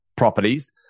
properties